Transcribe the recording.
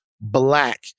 black